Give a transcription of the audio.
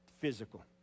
physical